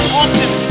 often